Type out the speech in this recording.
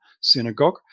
synagogue